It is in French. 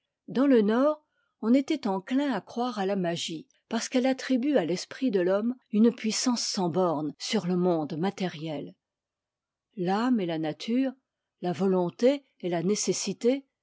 dans le nord on était enclin à croire à la magie parce qu'elle attribue à l'esprit de l'homme une puissance sans bornes sur le monde matériel l'âme et la nature la volonté et la nécessité